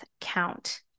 count